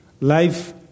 Life